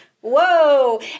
whoa